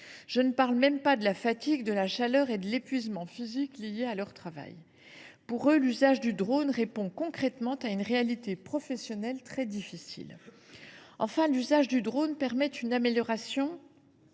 Je ne parle même pas de la fatigue, de la chaleur et de l’épuisement physique liés à leur travail. Pour eux, l’usage de drones répond concrètement à une réalité professionnelle très difficile. Enfin, l’usage de drones permet des gains